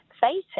facing